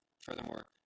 Furthermore